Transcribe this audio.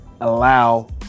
allow